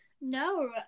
No